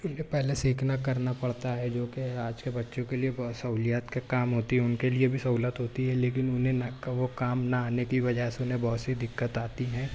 کیوںکہ پہلے سیکھنا کرنا پڑتا ہے جو کہ آج کے بچوں کے لیے بہت سہولیات کا کام ہوتی ہے ان کے لیے بھی سہولت ہوتی ہے لیکن انہیں نہ وہ کام نہ آنے کی وجہ سے انہیں بہت سی دقت آتی ہے